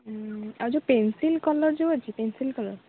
ହୁଁ ଆଉ ଯେଉଁ ପେନ୍ସିଲ୍ କଲର ଯେଉଁ ଅଛି ପେନ୍ସିଲ୍ କଲର